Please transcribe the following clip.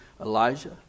Elijah